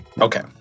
Okay